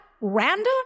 random